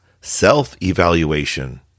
self-evaluation